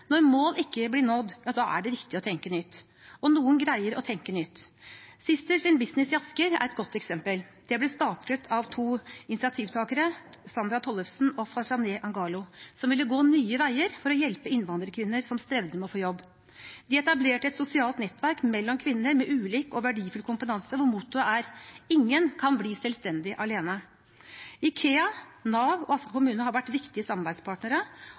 noen greier å tenke nytt. Sisters In Business i Asker er et godt eksempel. Det ble startet av de to initiativtakerne Sandra Tollefsen og Farzaneh Aghalo, som ville gå nye veier for å hjelpe innvandrerkvinner som strevde med å få jobb. De etablerte et sosialt nettverk mellom kvinner med ulik og verdifull kompetanse, hvor mottoet er: Ingen kan bli selvstendig alene. IKEA, Nav og Asker kommune har vært viktige samarbeidspartnere.